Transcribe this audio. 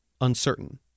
uncertain